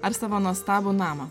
ar savo nuostabų namą